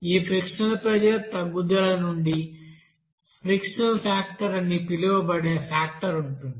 ఈ frictional pressure తగ్గుదల నుండి ఫ్రిక్షనల్ ఫాక్టర్ అని పిలువబడే ఫాక్టర్ ఉంటుంది